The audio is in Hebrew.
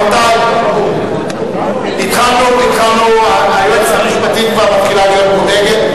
רבותי, היועצת המשפטית כבר מתחילה להיות מודאגת.